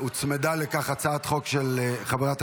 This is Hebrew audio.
להלן תוצאות ההצבעה: 26 בעד, אין מתנגדים, נמנע